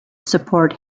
support